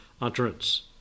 utterance